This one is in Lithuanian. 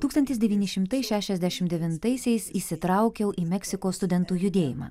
tūkstantis devyni šimtai šešiasdešim devintaisiais įsitraukiau į meksikos studentų judėjimą